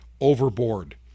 overboard